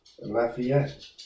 Lafayette